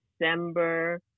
december